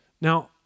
Now